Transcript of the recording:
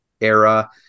era